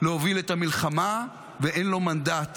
להוביל את המלחמה ואין לו מנדט